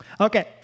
Okay